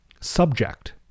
subject